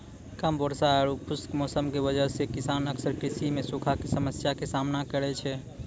कम वर्षा आरो खुश्क मौसम के वजह स किसान अक्सर कृषि मॅ सूखा के समस्या के सामना करै छै